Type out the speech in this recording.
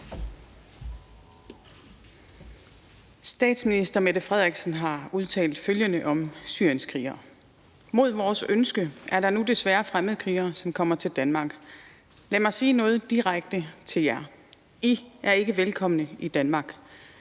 Statsminister Mette Frederiksen har udtalt følgende om syrienskrigere: »Mod vores ønske er der nu desværre fremmedkrigere, som kommer til Danmark. Lad mig sige noget direkte til jer: I er ikke velkomne i Danmark.«